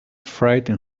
frighten